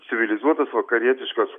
civilizuotas vakarietiškas